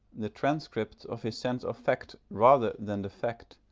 the transcript of his sense of fact rather than the fact,